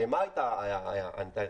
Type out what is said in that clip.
הרי מה הייתה הנקודה?